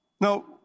No